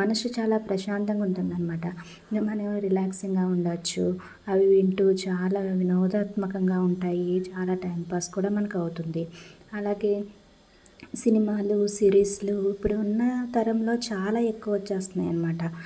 మనసు చాలా ప్రశాంతంగా ఉంటుంది అనమాట మనం రిలాక్సింగ్గా ఉండొచ్చు అవి వింటూ చాలా వినోదాత్మకంగా ఉంటాయి చాలా టైంపాస్ కూడా మనకు అవుతుంది అలాగే సినిమాలో సిరీస్లో ఇప్పుడున్న తరంలో చాలా ఎక్కువ వచ్చేస్తున్నాయి అనమాట